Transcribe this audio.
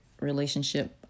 relationship